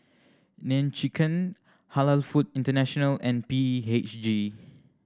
Nene Chicken Halal Food International and B H G